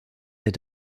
est